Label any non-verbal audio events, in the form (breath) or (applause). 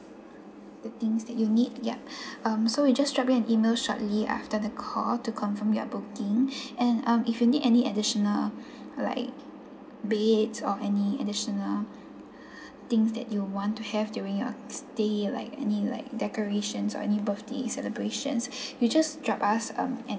the things that you need yup (breath) um so we just drop you an email shortly after the call to confirm your booking (breath) and if you need any additional (breath) like beds or any additional (breath) things that you want to have during your stay or like any like decoration or any birthday celebrations (breath) you just drop us um an